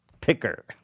Picker